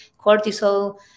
cortisol